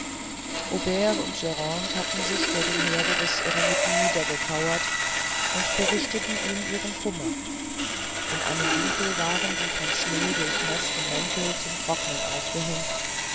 und grande hatten sich vor dem herde des eremiten niedergekauert und berichteten ihm von ihrem kummer in einem winkel waren die von schnee durchnäßten mäntel zum trocknen aufgehängt